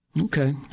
Okay